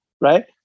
right